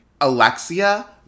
Alexia